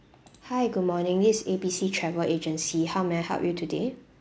hi good morning this is A B C travel agency how may I help you today